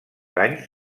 anys